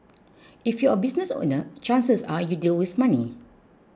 if you're a business owner chances are you deal with money